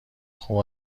خوب